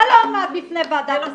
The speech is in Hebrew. מה לא עמד בפני ועדת השרים?